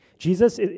Jesus